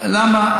למה?